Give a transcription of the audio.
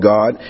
God